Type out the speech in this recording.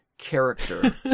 character